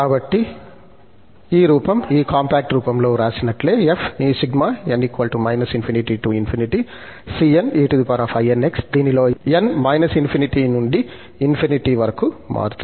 కాబట్టి ఈ రూపం ఈ కాంపాక్ట్ రూపంలో వ్రాసినట్లే దీనిలో n −∞ నుండి ∞ వరకు మారుతుంది